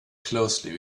closely